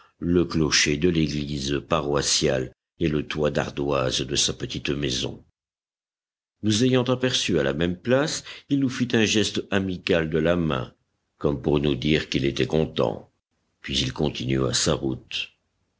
le clocher de l'église paroissiale et le toit d'ardoise de sa petite maison nous ayant aperçus à la même place il nous fit un geste amical de la main comme pour nous dire qu'il était content puis il continua sa route